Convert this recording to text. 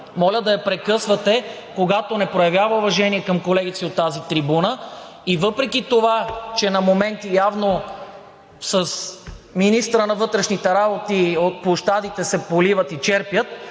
моля да я прекъсвате, когато не проявява уважение към колегите си от тази трибуна. Въпреки че на моменти явно с министъра на вътрешните работи от площадите се поливат и черпят,